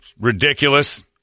ridiculous